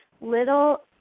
little